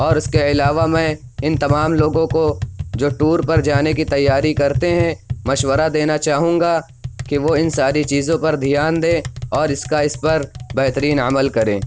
اور اس کے علاوہ میں ان تمام لوگوں کو جو ٹور پر جانے کی تیاری کرتے ہیں مشورہ دینا چاہوں گا کہ وہ ان ساری چیزوں پر دھیان دیں اور اس کا اس پر بہترین عمل کریں